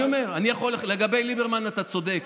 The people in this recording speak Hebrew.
לגבי ליברמן אתה צודק.